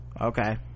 Okay